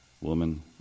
Woman